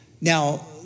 Now